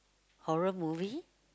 horror movie